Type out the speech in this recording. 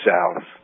South